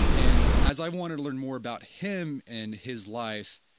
and as i wanted to learn more about him and his life,